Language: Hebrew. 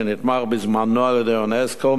שנתמך בזמנו על-ידי אונסק"ו,